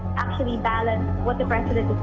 actually balance what the president